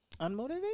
Unmotivated